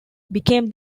became